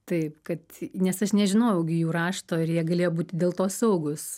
taip kad nes aš nežinojau jų rašto ir jie galėjo būti dėl to saugus